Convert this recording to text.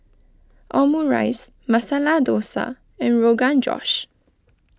Omurice Masala Dosa and Rogan Josh